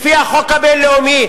לפי החוק הבין-לאומי,